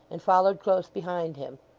and followed close behind him.